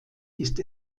ist